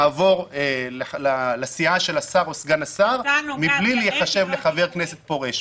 לעבור לסיעה של השר או סגן השר מבלי להיחשב לחבר כנסת פורש.